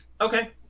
okay